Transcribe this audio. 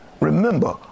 Remember